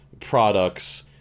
Products